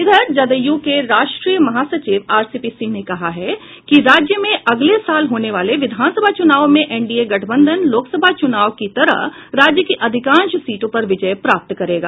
इधर जदयू के राष्ट्रीय महासचिव आर सी पी सिंह ने कहा है कि राज्य में अगले साल होने वाले विधानसभा चुनाव में एनडीए गठबंधन लोकसभा चुनाव की तरह राज्य की अधिकांश सीटों पर विजय प्राप्त करेगा